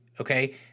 Okay